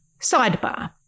Sidebar